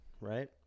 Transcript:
right